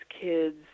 kids